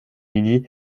lydie